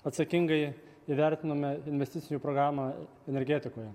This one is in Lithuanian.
atsakingai įvertinome investicijų programą energetikoje